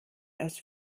aus